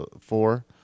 four